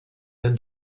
than